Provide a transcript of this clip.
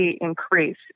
increase